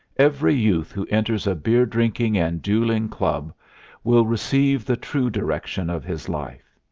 every youth who enters a beer-drinking and dueling club will receive the true direction of his life.